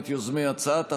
את יוזמי הצעת החוק,